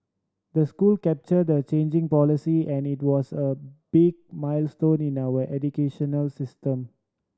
the school captured the changing policy and it was a big milestone in our educational system